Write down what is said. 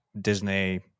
Disney